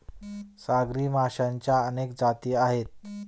सागरी माशांच्या अनेक जाती आहेत